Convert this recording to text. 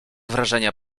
wrażenia